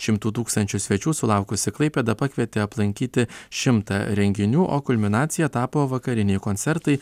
šimtų tūkstančių svečių sulaukusi klaipėda pakvietė aplankyti šimtą renginių o kulminacija tapo vakariniai koncertai